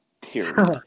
Period